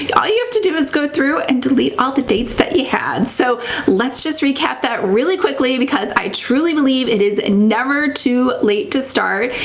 yeah all you have to do is go through and delete all the dates that you had. so let's just recap that really quickly because i truly believe it is never too late to start.